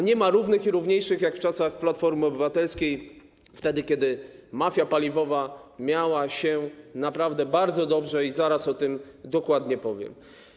Nie ma równych i równiejszych jak w czasach Platformy Obywatelskiej, kiedy mafia paliwowa miała się naprawdę bardzo dobrze i zaraz o tym dokładnie powiem.